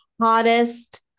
hottest